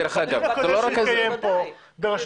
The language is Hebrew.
דרך אגב, היא גם לטובת הרשויות.